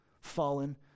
fallen